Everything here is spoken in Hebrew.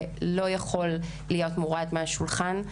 ולא יכול להיות מורד מהשולחן.